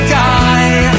die